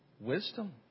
wisdom